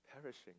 perishing